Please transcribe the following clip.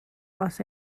los